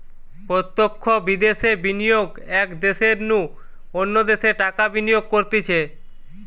প্রত্যক্ষ বিদ্যাশে বিনিয়োগ এক দ্যাশের নু অন্য দ্যাশে টাকা বিনিয়োগ করতিছে